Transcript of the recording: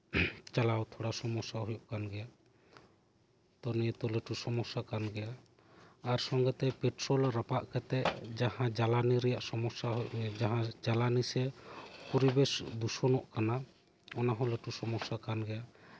ᱪᱟᱞᱟᱣ ᱛᱷᱚᱲᱟ ᱥᱚᱢᱚᱥᱥᱟ ᱦᱩᱭᱩᱜ ᱠᱟᱱ ᱜᱮᱭᱟ ᱱᱤᱭᱟᱹ ᱛᱚ ᱞᱟᱹᱴᱩ ᱥᱚᱢᱚᱥᱥᱟ ᱠᱟᱱ ᱜᱮᱭᱟ ᱟᱨ ᱥᱚᱝᱜᱮᱛᱮ ᱯᱮᱴᱨᱳᱞ ᱨᱟᱯᱟᱜ ᱠᱟᱛᱮᱜ ᱡᱟᱸᱦᱟ ᱡᱟᱞᱟᱱᱤ ᱨᱮᱭᱟᱜ ᱥᱚᱢᱚᱥᱥᱟ ᱡᱟᱸᱦᱟ ᱡᱟᱞᱟᱱᱤ ᱥᱮ ᱯᱚᱨᱤᱵᱮᱥ ᱫᱩᱥᱚᱱᱚᱜ ᱠᱟᱱᱟ ᱚᱱᱟ ᱦᱚᱸ ᱞᱟᱹᱴᱩ ᱥᱚᱢᱚᱥᱥᱟ ᱠᱟᱱ ᱜᱮᱭᱟ